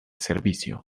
servicio